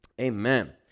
Amen